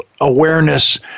awareness